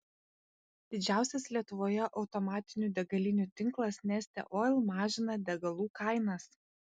didžiausias lietuvoje automatinių degalinių tinklas neste oil mažina degalų kainas